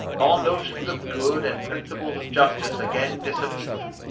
all notions of good and principles of justice again disappear.